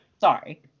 Sorry